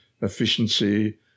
efficiency